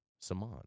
Saman